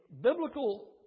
biblical